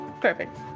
Perfect